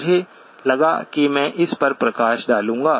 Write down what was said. मुझे लगा कि मैं इस पर प्रकाश डालूंगा